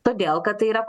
todėl kad tai yra